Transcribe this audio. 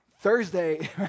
Thursday